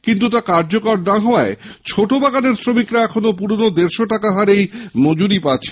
কিন্তু তা কার্যকর না হওয়ায় ছোট বাগানের শ্রমিকরা এখনও পুরনো দেড়শো টাকা হারেই মজুরি পাচ্ছেন